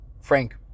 Frank